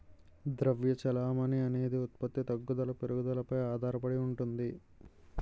ద్రవ్య చెలామణి అనేది ఉత్పత్తి తగ్గుదల పెరుగుదలపై ఆధారడి ఉంటుంది